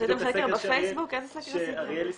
זה בדיוק הסקר שאריאל הזכיר.